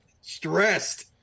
stressed